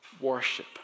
Worship